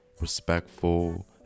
respectful